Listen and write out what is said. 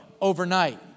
overnight